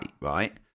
right